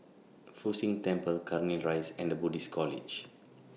Fu Xi Tang Temple Cairnhill Rise and The Buddhist College